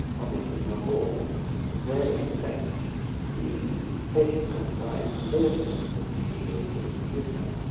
obviously not all where in fact the patient confides more sensitive material to the computer.